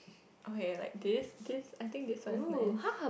okay like this this I think this one is nice